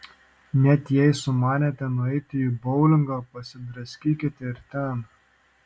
net jei sumanėte nueiti į boulingą pasidraskykite ir ten